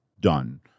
done